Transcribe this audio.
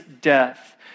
death